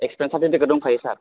experience certificate दंखायो सार